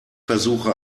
versuche